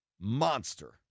monster